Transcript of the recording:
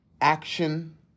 action